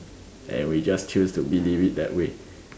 and we just choose to believe it that way